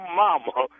mama